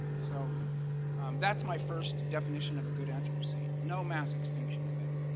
so that's my first definition of a good anthracene no mass extinction event.